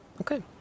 Okay